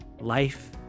Life